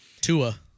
Tua